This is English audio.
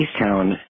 Easttown